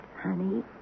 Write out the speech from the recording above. honey